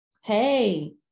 Hey